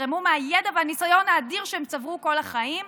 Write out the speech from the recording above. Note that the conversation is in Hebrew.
ויתרמו מהידע והניסיון האדיר שהם צברו כל החיים,